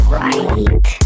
right